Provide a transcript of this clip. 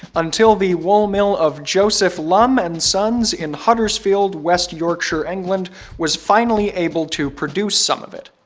until the wool mill of joseph lumbs and sons in huddersfield west yorkshire england was finally able to produce some of it.